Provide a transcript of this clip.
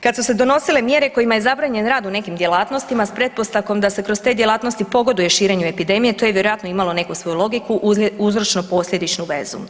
Kad su se donosile mjere kojima je zabranjen rad u nekim djelatnostima s pretpostavkom da se kroz te djelatnosti pogoduje širenju epidemije, to je vjerojatno imalo neku svoju logiku uzročno posljedičnu vezu.